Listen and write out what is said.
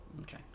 Okay